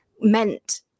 meant